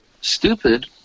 stupid